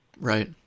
Right